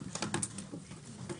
בשעה 14:07.